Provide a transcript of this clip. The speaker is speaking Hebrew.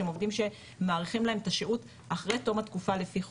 שהם עובדים שמאריכים להם את השהות אחרי תום התקופה לפי חוק.